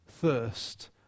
thirst